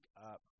up